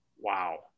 Wow